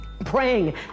praying